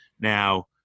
now